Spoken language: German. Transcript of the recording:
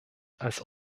als